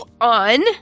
on